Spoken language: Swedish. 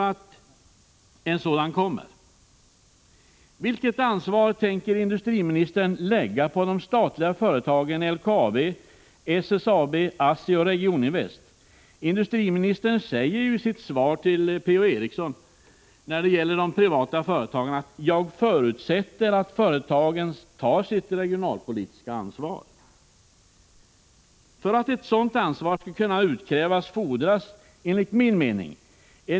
1985/86:103 nistern lägga på de statliga företagen LKAB, SSAB, ASSI och Regioninvest? — 1 april 1986 Industriministern säger i sitt svar till Per-Ola Eriksson om de privata är Nad - E å fa - Om befolkningsföretagen: Jag förutsätter att företagen tar sitt regionalpolitiska ansvar. För 5 2 äl RE å utvecklingen att ett sådant ansvar skall kunna utkrävas fordras, enligt min mening, en helt.